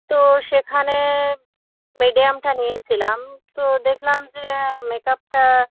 তো সেখানে মিডিয়ামটা নিয়েছিলাম তো দেখলাম যে মেক আপটা